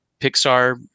Pixar